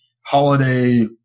holiday